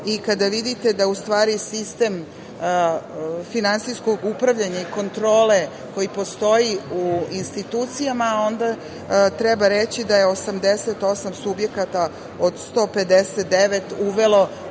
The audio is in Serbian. i kada vidite da, u stvari, sistem finansijskog upravljanja i kontrole, koji postoji u institucijama, onda treba reći da je 88 subjekata od 159 uvelo